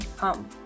home